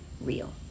real